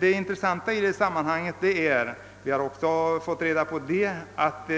Det intressanta i sammanhanget är — det har vi också fått veta — att